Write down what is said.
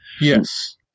Yes